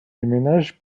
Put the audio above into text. déménage